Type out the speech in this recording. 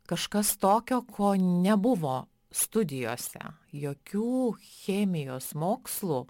kažkas tokio ko nebuvo studijose jokių chemijos mokslų